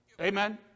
Amen